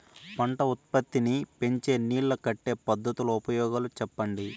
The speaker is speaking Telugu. పంట ఉత్పత్తి నీ పెంచే నీళ్లు కట్టే పద్ధతుల ఉపయోగాలు చెప్పండి?